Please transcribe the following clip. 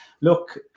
Look